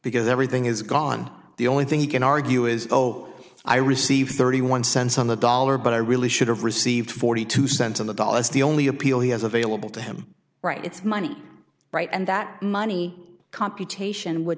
because everything is gone the only thing you can argue is oh i received thirty one cents on the dollar but i really should have received forty two cents on the dollar as the only appeal he has available to him right it's money right and that money